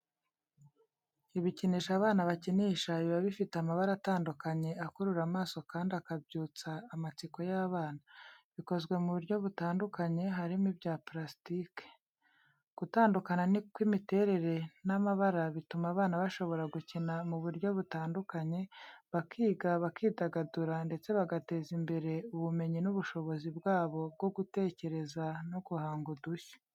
Ibikinisho abana bakinisha biba bifite amabara atandukanye akurura amaso kandi akabyutsa amatsiko y'abana. Bikozwe mu buryo butandukanye, harimo ibya purasitike. Gutandukana kw'imiterere n'amabara bituma abana bashobora gukina mu buryo butandukanye, bakiga, bakidagadura ndetse bagateza imbere ubumenyi n'ubushobozi bwabo bwo gutekereza no guhanga udushya.